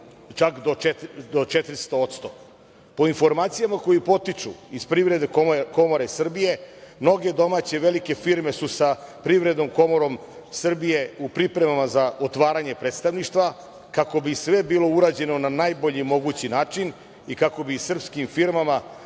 čak do 400%.Po informacijama koje potiču iz Privredne komore Srbije mnoge domaće velike firme su sa Privrednom komorom Srbije u pripremama za otvaranje predstavništava, kako bi sve bilo urađeno na najbolji mogući način i kako bi srpskim firmama